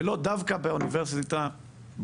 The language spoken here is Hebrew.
ולא להגיד: דווקא באוניברסיטה בנגב.